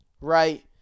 right